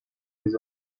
les